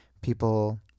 people